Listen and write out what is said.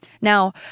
Now